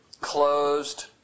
closed